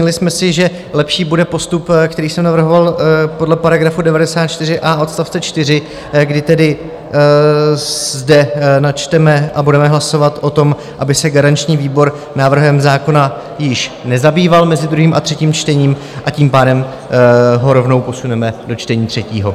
Ujasnili jsme si, že lepší bude postup, který jsem navrhoval podle § 94a odst. 4, kdy zde načteme a budeme hlasovat o tom, aby se garanční výbor návrhem zákona již nezabýval mezi druhým a třetím čtením, a tím pádem ho rovnou posuneme do čtení třetího.